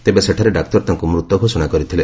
ତେବେ ସେଠାରେ ଡାକ୍ତର ତାଙ୍କୁ ମୃତ ଘୋଷଣା କରିଥିଲେ